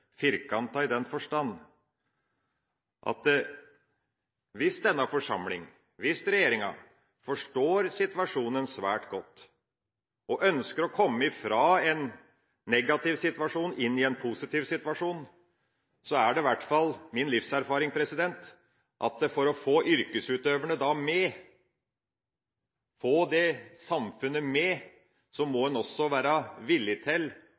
Hvis denne forsamlinga og hvis regjeringa forstår situasjonen svært godt og ønsker å komme fra en negativ situasjon inn i en positiv situasjon, må en – det er i hvert fall min livserfaring – for å få yrkesutøverne med, få det samfunnet med, også være villig til